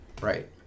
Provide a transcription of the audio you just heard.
Right